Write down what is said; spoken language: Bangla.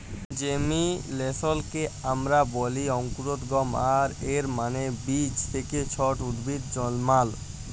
জেমিলেসলকে আমরা ব্যলি অংকুরোদগম আর এর মালে বীজ থ্যাকে ছট উদ্ভিদ জলমাল